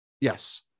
Yes